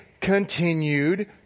continued